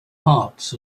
hearts